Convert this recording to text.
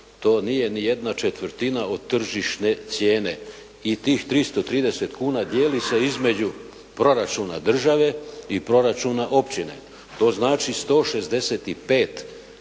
to nije niti jedna četvrtina od tržišne cijene i tih 330 kuna dijeli se između proračuna države i proračuna općine, to znači 165 kuna